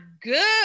good